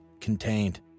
contained